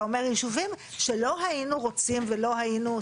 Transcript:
אתה אומר יישובים שלא היינו רוצים ולא היינו,